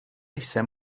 jsem